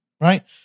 right